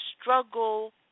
struggle